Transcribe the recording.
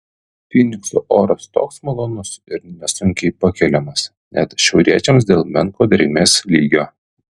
fynikso oras toks malonus ir nesunkiai pakeliamas net šiauriečiams dėl menko drėgmės lygio